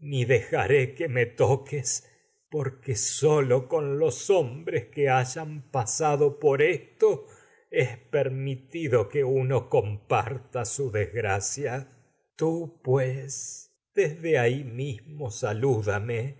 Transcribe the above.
ni me que toques porque sólo con los hombres que por hayan pasado su esto es pues de mi permitido que ahí uno comparta y desgracia adelante tú desde mismo salúdame